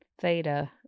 theta